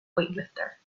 weightlifter